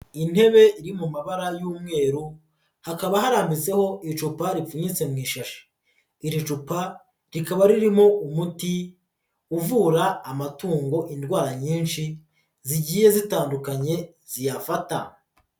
Intebe iri mu mabara y'umweru hakaba harambitseho icupa ripfunyitse mu ishashi, iri cupa rikaba ririmo umuti uvura amatungo indwara nyinshi zigiye zitandukanye ziyafata.